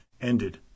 ended